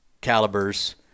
calibers